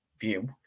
view